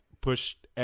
pushed